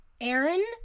Aaron